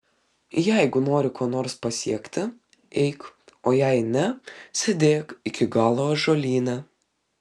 jeigu nori ko nors pasiekti eik o jei ne sėdėk iki galo ąžuolyne